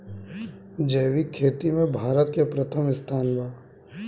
जैविक खेती में भारत के प्रथम स्थान बा